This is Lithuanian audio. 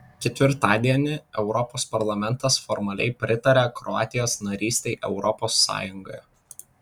ketvirtadienį europos parlamentas formaliai pritarė kroatijos narystei europos sąjungoje